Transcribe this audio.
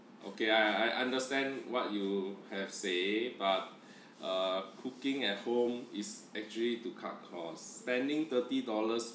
okay I I understand what you have say but uh cooking at home is actually to cut costs spending thirty dollars